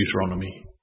Deuteronomy